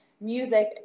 music